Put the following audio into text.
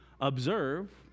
Observe